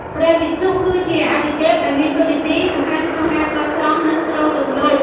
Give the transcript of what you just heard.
ព្រះវិស្ណុ គឺជាអាទិទេពដែលមានតួនាទីសំខាន់ក្នុងការស្រោចស្រង់ និងទ្រទ្រង់លោក។